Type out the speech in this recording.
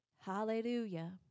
Hallelujah